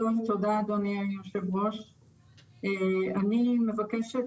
אני מבקש,